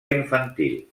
infantil